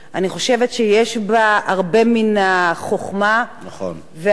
אני חושבת שיש בה הרבה מן החוכמה והרגישות,